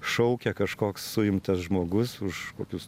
šaukia kažkoks suimtas žmogus už kokius